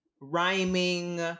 rhyming